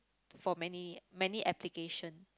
for many many application